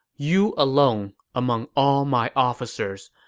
you alone, among all my officers,